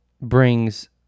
brings